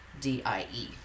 D-I-E